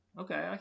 Okay